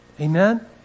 Amen